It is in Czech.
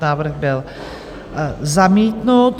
Návrh byl zamítnut.